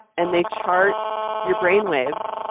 and they chart your brain waves.